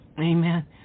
Amen